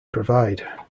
provide